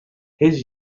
his